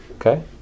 Okay